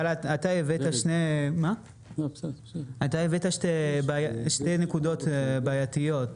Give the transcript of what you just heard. אבל אתה העלית שתי נקודות בעייתיות.